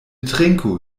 trinku